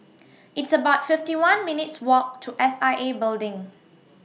It's about fifty one minutes' Walk to S I A Building